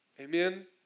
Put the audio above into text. Amen